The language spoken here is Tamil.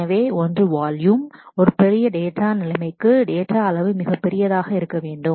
எனவே ஒன்று வால்யும் ஒரு பெரிய டேட்டா நிலைமைக்கு டேட்டா அளவு மிகப் பெரியதாக இருக்க வேண்டும்